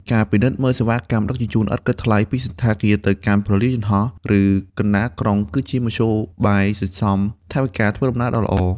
ការពិនិត្យមើលសេវាកម្មដឹកជញ្ជូនឥតគិតថ្លៃពីសណ្ឋាគារទៅកាន់ព្រលានយន្តហោះ ឬកណ្តាលក្រុង គឺជាមធ្យោបាយសន្សំថវិកាធ្វើដំណើរដ៏ល្អ។